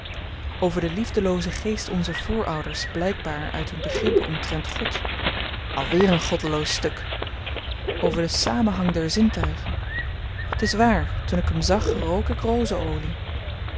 over den liefdeloozen geest onzer voorouders blykbaar uit hun begrippen omtrent god alweer een goddeloos stuk over den samenhang der zintuigen t is waar toen ik hem zag rook